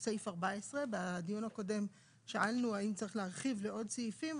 הוא סעיף 14. בדיון הקודם שאלנו האם צריך להרחיב לעוד סעיפים.